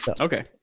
Okay